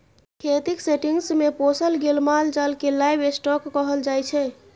खेतीक सेटिंग्स मे पोसल गेल माल जाल केँ लाइव स्टाँक कहल जाइ छै